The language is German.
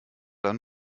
dann